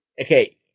okay